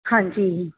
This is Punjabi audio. ਹਾਂਜੀ